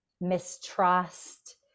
mistrust